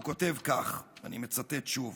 הוא כותב כך, אני מצטט שוב: